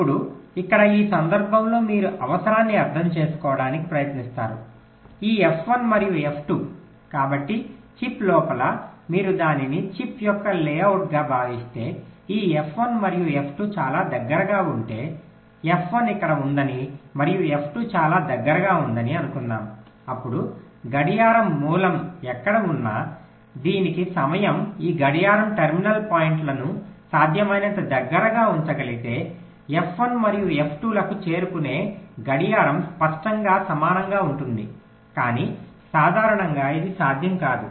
ఇప్పుడు ఇక్కడ ఈ సందర్భంలో మీరు అవసరాన్ని అర్థం చేసుకోవడానికి ప్రయత్నిస్తారు ఈ F1 మరియు F2 కాబట్టి చిప్ లోపల మీరు దీనిని చిప్ యొక్క లేఅవుట్గా భావిస్తే ఈ F1 మరియు F2 చాలా దగ్గరగా ఉంటే F1 ఇక్కడ ఉందని మరియు F2 చాలా దగ్గరగా ఉందని అనుకుందాము అప్పుడు గడియారం మూలం ఎక్కడ ఉన్నా దీనికి సమయం ఈ గడియారం టెర్మినల్ పాయింట్లను సాధ్యమైనంత దగ్గరగా ఉంచగలిగితే ఎఫ్ 1 మరియు ఎఫ్ 2 లకు చేరుకునే గడియారం స్పష్టంగా సమానంగా ఉంటుంది కానీ సాధారణంగా ఇది సాధ్యం కాదు